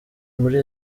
muri